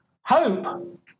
hope